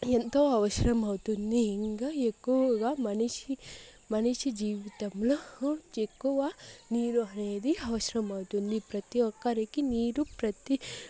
ఎంతో అవసరం అవుతుంది ఇంకా ఎక్కువగా మనిషి మనిషి జీవితంలో ఎక్కువ నీరు అనేది అవసరమవుతుంది ప్రతి ఒక్కరికి నీరు ప్రతి